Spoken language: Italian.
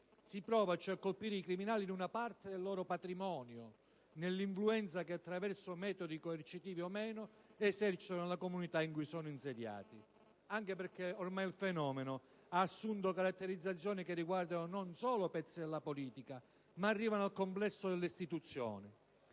Si prova cioè a colpire i criminali in una parte del loro patrimonio: nell'influenza che, attraverso metodi coercitivi o meno, esercitano nelle comunità in cui sono insediati. Anche perché il fenomeno ha ormai assunto caratterizzazioni che non solo riguardano pezzi della politica, ma arrivano al complesso delle istituzioni.